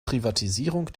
privatisierung